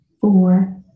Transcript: four